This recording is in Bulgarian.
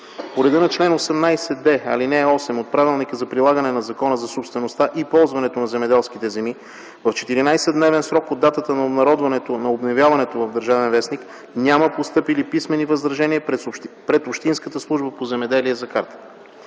По реда на чл. 18д, ал. 8 от Правилника за прилагане на Закона за собствеността и ползването на земеделските земи в 14-дневен срок от датата на обновяването в “Държавен вестник” няма постъпили писмени възражения пред общинската служба по земеделие. Както